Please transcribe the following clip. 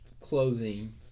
clothing